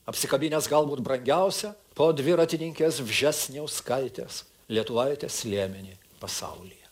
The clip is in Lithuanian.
apsikabinęs galbūt brangiausią po dviratininkės vžesniauskaitės lietuvaitės liemenį pasaulyje